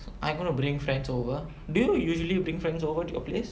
are you gonna bring friends over do you usually bring friends over to your place